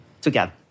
together